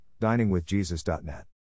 diningwithjesus.net